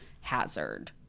hazard